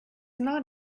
not